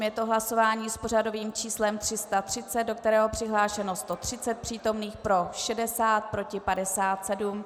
Je to hlasování s pořadovým číslem 330, do kterého je přihlášeno 130 přítomných, pro 60, proti 57.